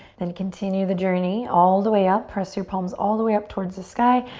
then continue the journey all the way up. press your palms all the way up towards the sky,